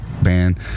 band